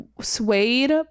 suede